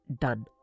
done